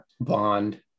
bond